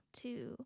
two